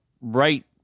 right